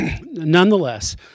Nonetheless